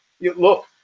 look